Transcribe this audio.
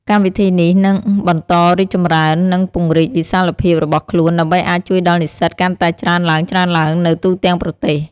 កម្មវិធីនេះនឹងបន្តរីកចម្រើន និងពង្រីកវិសាលភាពរបស់ខ្លួន ដើម្បីអាចជួយដល់និស្សិតកាន់តែច្រើនឡើងៗនៅទូទាំងប្រទេស។